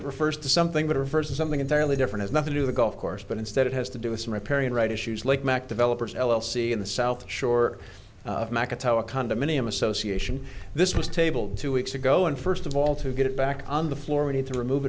it refers to something that refers to something entirely different as nothing to the golf course but instead it has to do with some repairing right issues like mac developers l l c in the south shore a condominium association this was tabled two weeks ago and first of all to get it back on the floor we need to remove